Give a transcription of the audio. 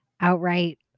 outright